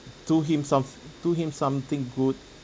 do him some t~ do him something good